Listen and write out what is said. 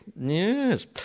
Yes